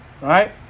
Right